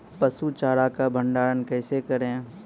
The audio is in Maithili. पसु चारा का भंडारण कैसे करें?